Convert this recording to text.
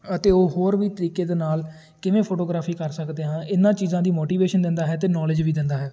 ਅਤੇ ਉਹ ਹੋਰ ਵੀ ਤਰੀਕੇ ਦੇ ਨਾਲ ਕਿਵੇਂ ਫੋਟੋਗ੍ਰਾਫੀ ਕਰ ਸਕਦੇ ਹਾਂ ਇਹਨਾਂ ਚੀਜ਼ਾਂ ਦੀ ਮੋਟੀਵੇਸ਼ਨ ਦਿੰਦਾ ਹੈ ਅਤੇ ਨੌਲੇਜ ਵੀ ਦਿੰਦਾ ਹੈ